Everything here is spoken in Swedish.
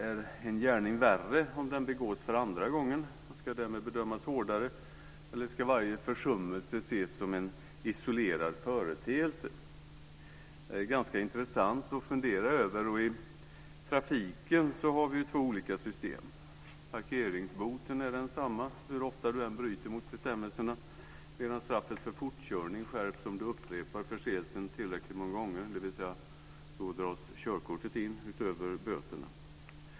Är en gärning värre om den begås för andra gången och ska därmed bedömas hårdare, eller ska varje försummelse ses som en isolerad företeelse? Det är ganska intressant att fundera över. I trafiken har vi två olika system. Parkeringsboten är densamma hur ofta du än bryter mot bestämmelserna medan straffet för fortkörning skärps om du upprepar förseelsen tillräckligt många gånger. Då dras körkortet in utöver böterna.